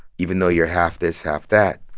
even though you're half this, half that,